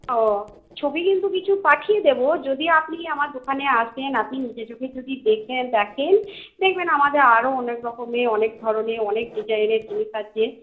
ওহ্ ছবি কিন্তু কিছু পাঠিয়ে দেব যদি আপনি আমার দোকানে আসেন আপনি নিজে চোখে যদি দেখেন দেখেন দেখবেন আমাদের আরো অনেক রকমের অনেক ধরনের অনেক ডিজাইনের জিনিস আছে